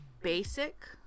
basic